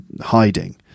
hiding